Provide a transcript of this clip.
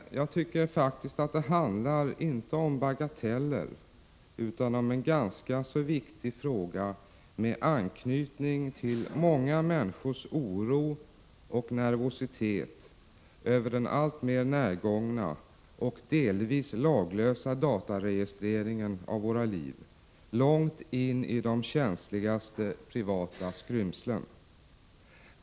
Men jag tycker faktiskt att det inte handlar om bagateller utan 19 mars 1986 om en ganska viktig fråga, med anknytning till många människors oro och A SEAN a Sd a ä 5 ; z Anslag till datainspeknervositet inför den alltmer närgångna och delvis laglösa dataregistreringen ti ionen av våra liv långt in i de känsligaste privata skrymslena.